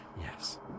Yes